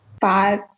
five